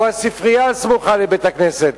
או הספרייה הסמוכה לבית-כנסת.